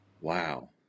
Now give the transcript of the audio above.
Wow